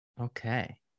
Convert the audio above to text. Okay